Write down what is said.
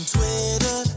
Twitter